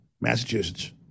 Massachusetts